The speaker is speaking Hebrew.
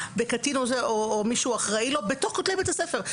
בקטין או מי שהוא אחראי לו בתוך כותלי בית הספר.